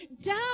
down